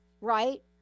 right